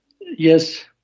Yes